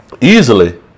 easily